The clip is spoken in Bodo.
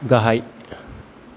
गाहाय